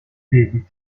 debiti